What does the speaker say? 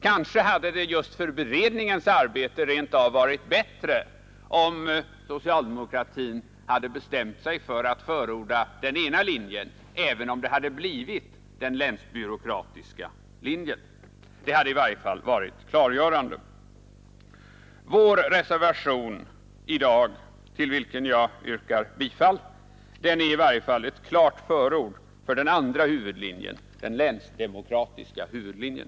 Kanske hade det just för beredningens arbete rent av varit bättre om socialdemokratin hade bestämt sig för att förorda den ena linjen, även om det hade blivit den länsbyråkratiska linjen. Det hade åtminstone varit klargörande. Reservationen 1 i dag, till vilken jag yrkar bifall, är i varje fall ett klart förord för den andra huvudlinjen, den länsdemokratiska huvudlinjen.